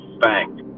bank